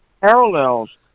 parallels